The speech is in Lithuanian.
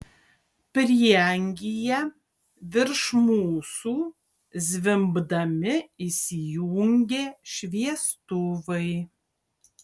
prieangyje virš mūsų zvimbdami įsijungė šviestuvai